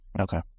Okay